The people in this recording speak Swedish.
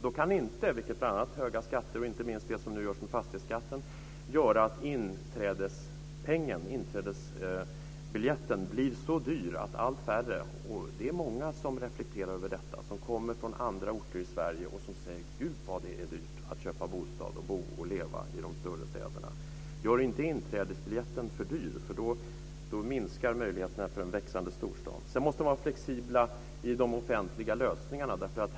Då kan vi inte - vilket bl.a. höga skatter och inte minst det som nu görs med fastighetsskatten leder till - göra att inträdesbiljetten blir så dyr att allt färre kan flytta dit. Det är många som kommer från andra orter i Sverige som reflekterar över detta. De säger: Gud vad det är dyrt att köpa bostad, att bo och leva i de större städerna! Gör inte inträdesbiljetten för dyr. Då minskar möjligheten för en växande storstad. Sedan måste vi för det andra vara flexibla i de offentliga lösningarna.